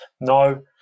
No